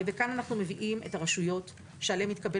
וכאן אנחנו מביאים את הרשויות שעליהן התקבל